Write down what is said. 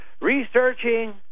researching